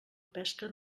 pesca